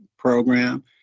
Program